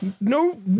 no